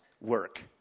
work